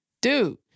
dude